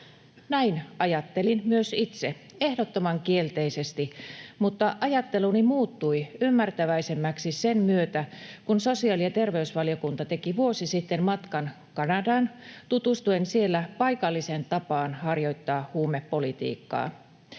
Näin ajattelin myös itse, ehdottoman kielteisesti, mutta ajatteluni muuttui ymmärtäväisemmäksi sen myötä, kun sosiaali- ja terveysvaliokunta teki vuosi sitten matkan Kanadaan tutustuen siellä paikalliseen tapaan harjoittaa huumepolitiikkaa.